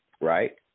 right